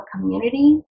community